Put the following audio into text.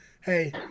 hey